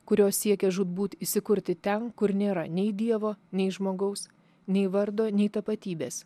kurios siekia žūtbūt įsikurti ten kur nėra nei dievo nei žmogaus nei vardo nei tapatybės